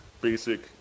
basic